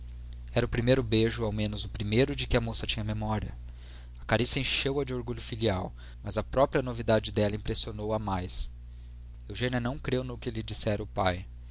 era o primeiro beijo ao menos o primeiro de que a moça tinha memória a carícia encheu-a de orgulho filial mas a própria novidade dela impressionou a mais eugênia não creu no que lhe dissera o pai